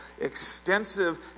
extensive